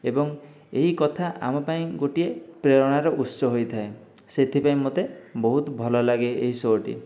ଏବଂ ଏହି କଥା ଆମ ପାଇଁ ଗୋଟିଏ ପ୍ରେରଣାର ଉତ୍ସ ହୋଇଥାଏ ସେଥିପାଇଁ ମୋତେ ବହୁତ ଭଲ ଲାଗେ ଏହି ସୋଟି